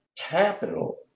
capital